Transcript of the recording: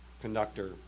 conductor